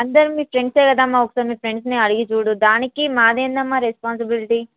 అందరు మీ ఫ్రెండ్స్ కదమ్మ ఒకసారి నీ ఫ్రెండ్స్ని అడిగి చూడు దానికి మాది ఏందమ్మ రెస్పాన్సిబిలిటీ